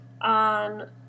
on